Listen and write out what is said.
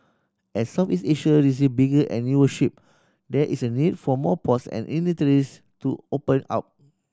as Southeast Asia receive bigger and newer ship there is a need for more ports and itineraries to open up